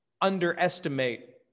underestimate